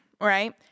right